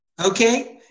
Okay